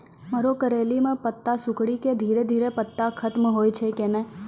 मरो करैली म पत्ता सिकुड़ी के धीरे धीरे पत्ता खत्म होय छै कैनै?